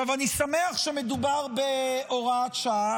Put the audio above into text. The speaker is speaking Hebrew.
אני שמח שמדובר בהוראת שעה.